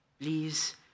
please